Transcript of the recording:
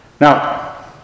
Now